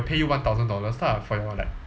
pay you one thousand dollars lah for your like